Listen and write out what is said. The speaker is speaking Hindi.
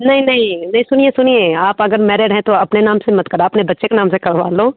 नहीं नहीं नहीं सुनिए सुनिए आप अगर मैरेड हैं तो अपने नाम से मत कराओ अपने बच्चे के नाम से करवा लो